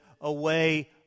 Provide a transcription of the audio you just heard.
away